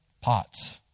pots